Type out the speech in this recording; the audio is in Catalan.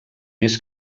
més